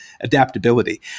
adaptability